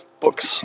books